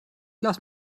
lasse